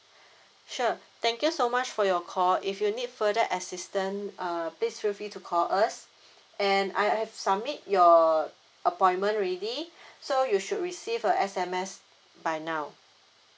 sure thank you so much for your call if you need further assistance uh please feel free to call us and I have submit your appointment already so you should receive a S_M_S by now